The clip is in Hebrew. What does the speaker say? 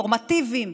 נורמטיביים,